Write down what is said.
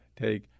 take